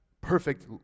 perfect